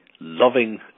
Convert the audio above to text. loving